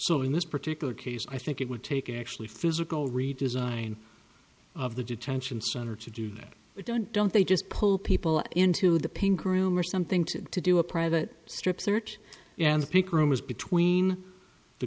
so in this particular case i think it would take actually physical redesign of the detention center to do that we don't don't they just pull people into the pink room or something to to do a private strip search and the pink room is between the